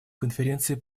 конференции